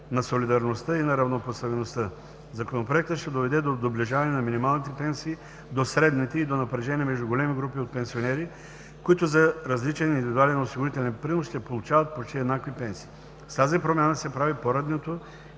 на солидарността и на равнопоставеността. Законопроектът ще доведе до доближаване на минималните пенсии до средните и до напрежение между големи групи от пенсионери, които за различен индивидуален осигурителен принос ще получават почти еднакви пенсии. С тази промяна се прави поредното